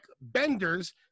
Benders